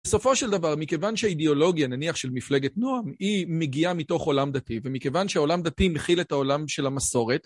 בסופו של דבר, מכיוון שהאידיאולוגיה, נניח של מפלגת נועם, היא מגיעה מתוך עולם דתי, ומכיוון שהעולם דתי מכיל את העולם של המסורת...